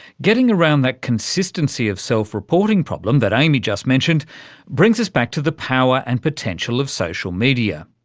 getting around that consistency of self-reporting problem that amy just mentioned brings us back to the power and potential of social media.